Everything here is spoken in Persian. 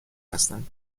هستند